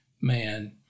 man